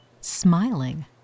smiling